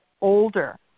older